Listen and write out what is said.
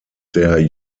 der